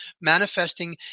manifesting